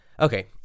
Okay